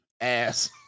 ass